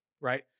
Right